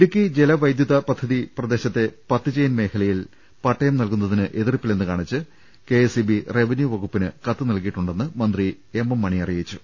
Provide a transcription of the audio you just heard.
ഇടുക്കി ജലവൈദ്യുത പദ്ധതി പ്രദേശത്തെ പത്തുചെയിൻ മേഖ ലയിൽ പട്ടയം നൽകുന്നതിന് എതിർപ്പില്ലെന്ന് കാണിച്ച് കെ എസ് ഇ ബി റവന്യൂവകുപ്പിന് കത്ത് നൽകിയിട്ടുണ്ടെന്ന് മന്ത്രി എം എം മണി അറിയിച്ചു